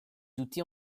outils